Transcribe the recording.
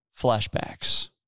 flashbacks